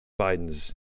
Biden's